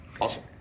Awesome